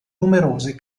numerose